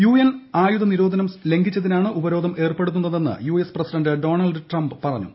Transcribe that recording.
UN ആയുധ നിരോധനം പ്രെർഘിച്ചതിനാണ് ഉപരോധം ഏർപ്പെടുത്തുന്നതെന്ന് യുഎസ് പ്രസിഡന്റ് ഡൊണാൾഡ് ട്രംപ് പറഞ്ഞു